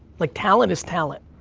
like, talent is talent.